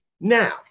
Now